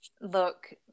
look